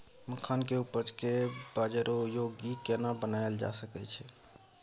मखान के उपज के बाजारोपयोगी केना बनायल जा सकै छै?